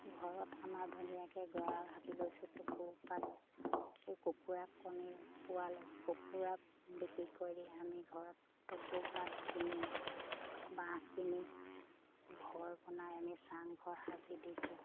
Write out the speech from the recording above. ঘৰত আমাৰ ধুনীয়াকৈ গঁৰাল সাজি লৈছোঁ টকৌপাত সেই কুকুৰাক কণী পোৱালে কুকুৰা বিক্ৰী কৰি আমি ঘৰত টকৌপাত কিনি বাঁহ কিনি ঘৰ বনাই আমি চাংঘৰ সাজি দিছোঁ